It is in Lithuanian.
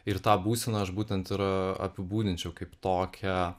ir tą būseną aš būtent ir apibūdinčiau kaip tokią